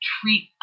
treat